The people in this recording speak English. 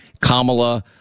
Kamala